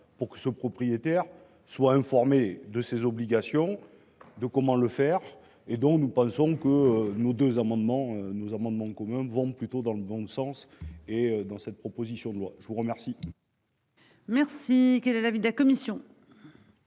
pour que ce propriétaire soit informé de ses obligations. De comment le faire et donc nous pensons que nos deux amendements nous amendements communs vont plutôt dans le bon sens et dans cette proposition de loi, je vous remercie. Merci. Quel est l'avis de la commission.